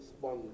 one